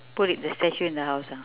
put the statue in the house ah